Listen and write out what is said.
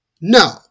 No